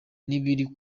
n’ibiri